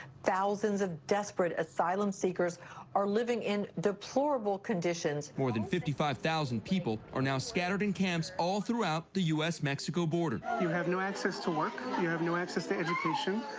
thousands of desperate asylum seekers are living in deplorable conditions. more than fifty five thousand people are now scattered in camps all throughout the u s mexico border. you have no access to work. you have no access to education.